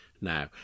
now